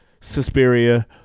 Suspiria